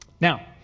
Now